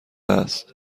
است